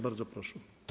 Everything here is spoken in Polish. Bardzo proszę.